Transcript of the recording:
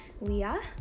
Leah